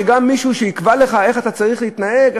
מישהו יקבע לך איך אתה צריך להתנהג,